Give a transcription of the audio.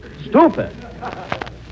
Stupid